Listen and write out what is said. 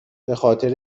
خاطر